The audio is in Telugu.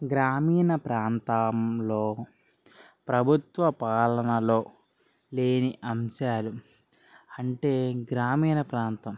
గ్రామీణ ప్రాంతంలో ప్రభుత్వ పాలనలో లేని అంశాలు అంటే గ్రామీణ ప్రాంతం